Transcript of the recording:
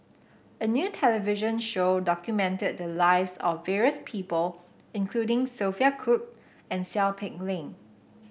a new television show documented the lives of various people including Sophia Cooke and Seow Peck Leng